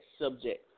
subject